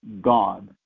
God